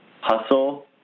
hustle